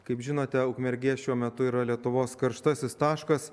kaip žinote ukmergė šiuo metu yra lietuvos karštasis taškas